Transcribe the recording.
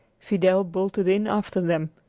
fidel bolted in after them.